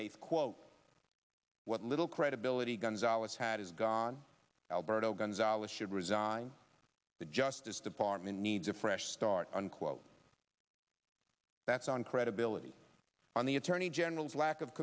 eighth quote what little credibility gonzales had is gone alberto gonzales should resign the justice department needs a fresh start unquote that's on credibility on the attorney general's lack of